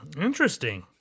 interesting